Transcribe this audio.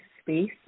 space